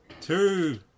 two